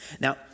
Now